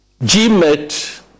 GMET